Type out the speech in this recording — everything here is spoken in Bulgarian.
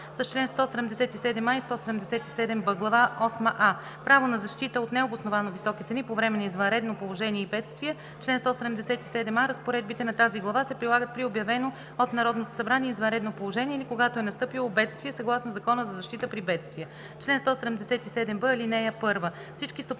с чл. 177а и 177б: „Глава осма „а“ Право на защита от необосновано високи цени по време на извънредно положение и бедствия Чл. 177а. Разпоредбите на тази глава се прилагат при обявено от Народното събрание извънредно положение или когато е настъпило бедствие съгласно Закона за защита при бедствия. Чл. 177б. (1) Всички